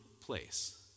place